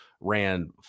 ran